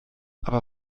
aber